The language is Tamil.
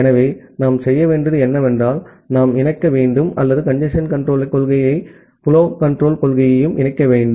ஆகவே நாம் செய்ய வேண்டியது என்னவென்றால் நாம் இணைக்க வேண்டும் அல்லது கஞ்சேஸ்ன் கன்ட்ரோல்க் கொள்கையுடன் புலோக் கன்ட்ரோல்க் கொள்கையையும் இணைக்க வேண்டும்